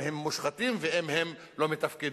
אם הם מושחתים ואם הם לא מתפקדים.